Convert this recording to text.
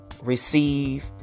receive